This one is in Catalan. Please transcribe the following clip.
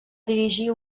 dirigir